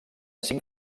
cinc